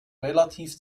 relativ